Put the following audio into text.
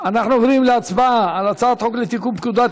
אנחנו עוברים להצבעה על הצעת חוק לתיקון פקודת